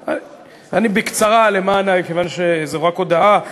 בקצרה, כיוון שזו רק הודעה.